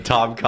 Tom